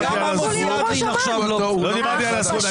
גם עמוס ידלין עכשיו לא --- לא דיברתי על הזכות.